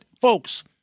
folks